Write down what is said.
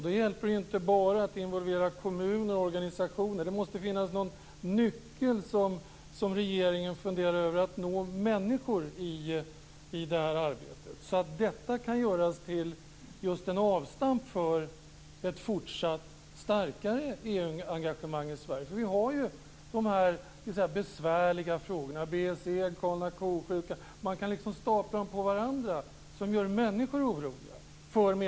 Då hjälper det inte att bara involvera kommuner och organisationer, utan det måste finnas någon nyckel som regeringen funderar över för att nå människor i det här arbetet, så att detta kan göras till just ett avstamp för ett fortsatt starkare EU-engagemang i Sverige. Vi har ju de besvärliga frågorna med BSE, galna ko-sjukan - man kan stapla dem på varandra - som gör människor oroliga.